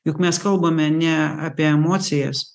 juk mes kalbame ne apie emocijas